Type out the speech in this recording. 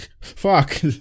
Fuck